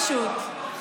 פשוט,